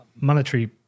monetary